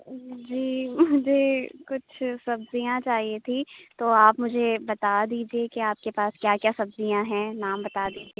جی جی کچھ سبزیاں چاہیے تھی تو آپ مجھے بتا دیجیے کہ آپ کے پاس کیا کیا سبزیاں ہیں نام بتا دیجیے